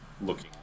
looking